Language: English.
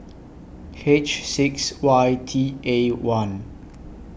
H six Y T A one